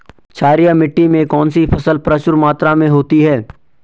क्षारीय मिट्टी में कौन सी फसल प्रचुर मात्रा में होती है?